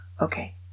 Okay